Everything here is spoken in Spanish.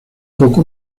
poco